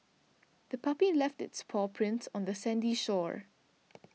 the puppy left its paw prints on the sandy shore